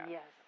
Yes